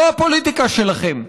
זו הפוליטיקה שלכם.